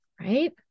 right